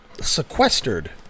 sequestered